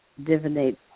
divinate